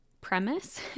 premise